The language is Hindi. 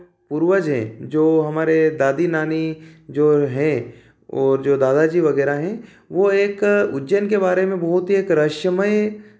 पूर्वज जो हमारे दादी नानी जो हैं और जो दादाजी वगैरह हैं वे एक उज्जैन के बारे में बहुत ही एक रहस्यमयी